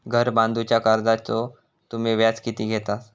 घर बांधूच्या कर्जाचो तुम्ही व्याज किती घेतास?